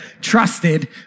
trusted